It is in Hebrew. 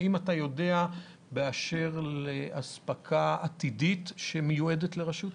האם אתה יודע באשר לאספקה עתידית שמיועדת לרשות?